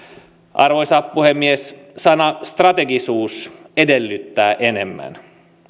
arvoisa puhemies sana strategisuus edellyttää enemmän